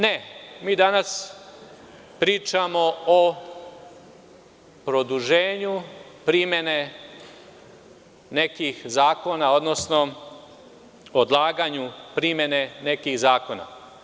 Ne, mi danas pričamo o produženju primene nekih zakona, odnosno odlaganju primene nekih zakona.